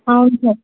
అవును సార్